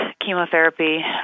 chemotherapy